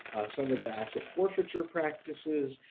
some of the asset forfeiture practices.